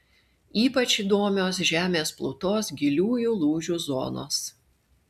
ypač įdomios žemės plutos giliųjų lūžių zonos